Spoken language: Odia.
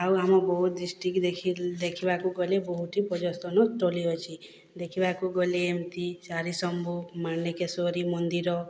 ଆଉ ଆମ ବୌଦ୍ଧ ଡ଼ିଷ୍ଟିକ୍ ଦେଖି ଦେଖିବାକୁ ଗଲେ ବହୁତ୍ ହି ପର୍ଯ୍ୟଟନ ସ୍ଥଳୀ ଅଛି ଦେଖିବାକୁ ଗଲେ ଏମିତି ଚାରିସମ୍ଭୁ ମାଣିକେଶ୍ଵରୀ ମନ୍ଦିର